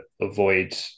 avoid